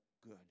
good